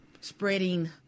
spreading